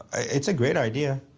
it's a great idea.